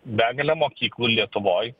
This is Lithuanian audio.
begalę mokyklų lietuvoj